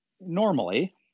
normally